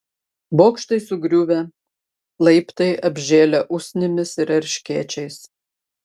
bokštai sugriuvę laiptai apžėlę usnimis ir erškėčiais